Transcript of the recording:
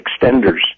extenders